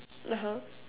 (uh huh)